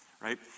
Right